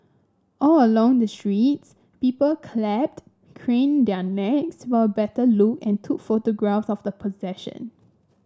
all along the streets people clapped craned their necks for a better look and took photographs of the procession